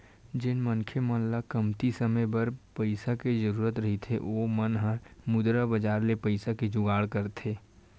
जेन मनखे मन ल कमती समे बर पइसा के जरुरत रहिथे ओ मन ह मुद्रा बजार ले पइसा के जुगाड़ करथे